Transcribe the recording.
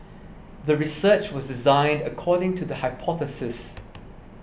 the research was designed according to the hypothesis